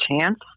chance